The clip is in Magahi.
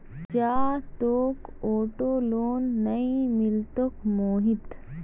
जा, तोक ऑटो लोन नइ मिलतोक मोहित